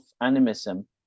animism